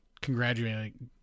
congratulating